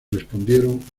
respondieron